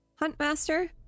Huntmaster